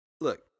Look